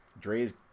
Dre's